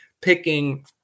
picking